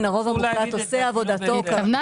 הרוב המוחלט עושה עבודתו כראוי.